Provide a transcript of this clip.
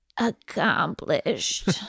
accomplished